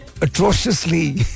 atrociously